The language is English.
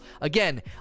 again